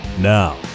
Now